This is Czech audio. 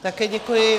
Také děkuji.